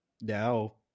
now